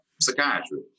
psychiatry